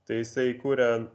tai jisai kuria